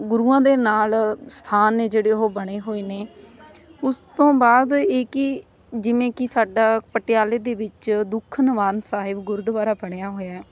ਗੁਰੂਆਂ ਦੇ ਨਾਲ਼ ਸਥਾਨ ਨੇ ਜਿਹੜੇ ਉਹ ਬਣੇ ਹੋਏ ਨੇ ਉਸ ਤੋਂ ਬਾਅਦ ਇਹ ਕਿ ਜਿਵੇਂ ਕਿ ਸਾਡਾ ਪਟਿਆਲੇ ਦੇ ਵਿੱਚ ਦੁੱਖ ਨਿਵਾਰਨ ਸਾਹਿਬ ਗੁਰਦੁਆਰਾ ਬਣਿਆ ਹੋਇਆ